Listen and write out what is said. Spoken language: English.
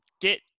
get